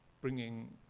bringing